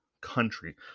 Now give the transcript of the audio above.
country